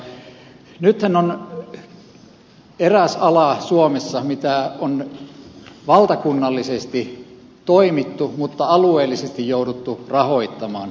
nythän suomessa on eräs ala jolla on valtakunnallisesti toimittu mutta jota on alueellisesti jouduttu rahoittamaan